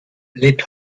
lebt